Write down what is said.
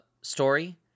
story